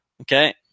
Okay